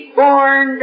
born